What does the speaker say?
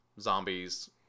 zombies